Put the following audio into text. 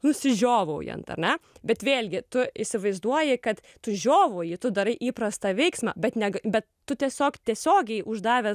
nusižiovaujant ar ne bet vėlgi tu įsivaizduoji kad tu žiovauji tu darai įprastą veiksmą bet neg bet tu tiesiog tiesiogiai uždavęs